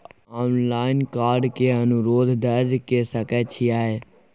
Online card के अनुरोध दर्ज के सकै छियै?